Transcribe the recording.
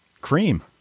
Cream